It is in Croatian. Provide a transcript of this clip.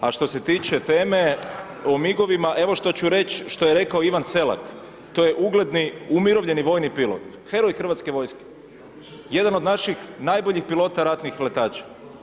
A što se tiče teme o migovima, evo što ću reći, što je rekao Ivan Selak, to je ugledni, umirovljeni vojni pilot, heroj Hrvatske vojske, jedan od naših najboljih pilota ratnih letača.